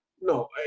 No